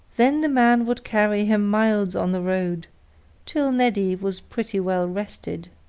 then the man would carry him miles on the road till neddy was pretty well rested.